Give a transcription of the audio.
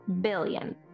billion